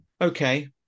Okay